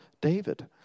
David